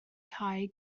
cau